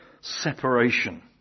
separation